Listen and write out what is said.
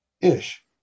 Ish